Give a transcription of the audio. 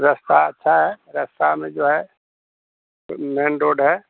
रास्ता अच्छा है रास्ता में जो है मेन रोड है